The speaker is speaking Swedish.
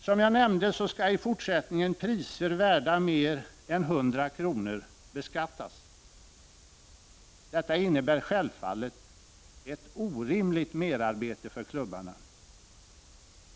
Som jag nämnde skall i fortsättningen priser värda mer än 100 kr. beskattas. Detta innebär självfallet ett orimligt merarbete för klubbarna.